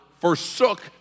forsook